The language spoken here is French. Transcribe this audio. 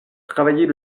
travailler